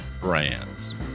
brands